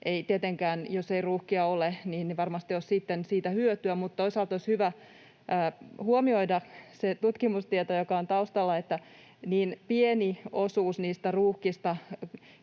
tietenkään. Jos ruuhkia ei ole, niin ei varmasti ole sitten siitä hyötyä. Mutta toisaalta olisi hyvä huomioida se tutkimustieto, joka on taustalla, että niin pieni osuus niistä